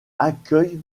accueille